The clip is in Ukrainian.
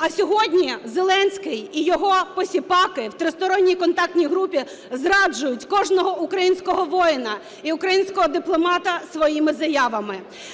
А сьогодні Зеленський і його посіпаки в Тристоронній контактній групі зраджують кожного українського воїна і українського дипломата своїми заявами.